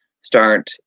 start